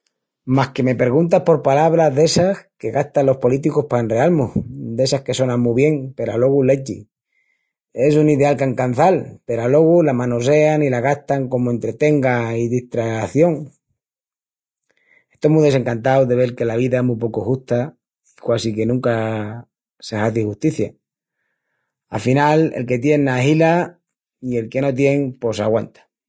Más que me perguntas por palabras d'essas que gastan los políticus pa enreal-mus, d'essas que sonan mu bien peru alogu lechi. Es un ideal que ancançal peru alogu la manosean i la gastan comu entretenga i distración. Estó mu desencantau de vel que la vida es mu pocu justa i quasi que nunca se hazi justicia. Afinal, el que tien ahila i el que no tien pos s'aguanta.